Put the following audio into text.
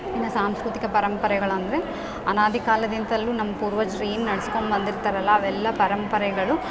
ಇನ್ನು ಸಾಂಸ್ಕೃತಿಕ ಪರಂಪರೆಗಳು ಅಂದರೆ ಅನಾದಿ ಕಾಲದಿಂದಲು ನಮ್ಮ ಪೂರ್ವಜ್ರು ಏನು ನಡೆಸ್ಕೊಬಂದಿರ್ತಾರಲ್ಲ ಅವೆಲ್ಲ ಪರಂಪರೆಗಳು